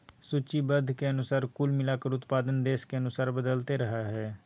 सूचीबद्ध के अनुसार कुल मिलाकर उत्पादन देश के अनुसार बदलते रहइ हइ